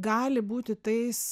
gali būti tais